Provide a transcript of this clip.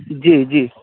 जी जी